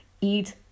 eat